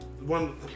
one